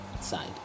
side